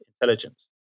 intelligence